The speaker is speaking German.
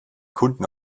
kunden